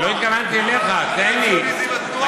אני לא התכוונתי אליך, תן לי,